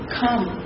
come